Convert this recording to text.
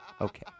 Okay